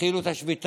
התחילו את השביתה.